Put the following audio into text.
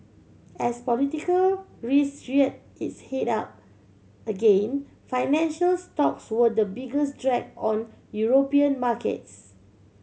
as political risk rear its head up again financial stocks were the biggest drag on European markets